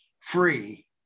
free